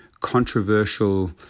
controversial